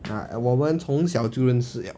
我们从小就认识 liao